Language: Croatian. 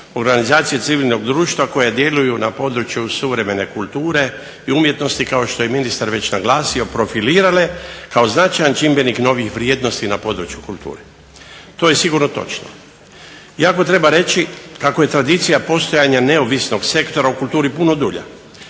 organizacije civilnog društva koje djeluju na području suvremene kulture i umjetnosti, kao što je ministar već naglasio, profilirale kao značajan čimbenik novijih vrijednosti na području kulture. To je sigurno točno, iako treba reći kako je tradicija postojanja neovisnog sektora u kulturi puno dulja